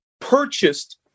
purchased